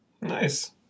Nice